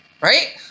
right